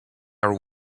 are